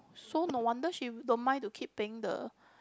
so no wonder she don't mind to keep paying the